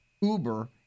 Uber